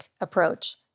approach